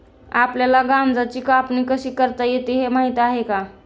आपल्याला गांजाची कापणी कशी करतात हे माहीत आहे का?